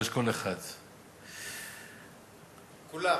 אשכול 1. כולם.